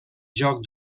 joc